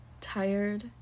tired